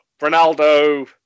Ronaldo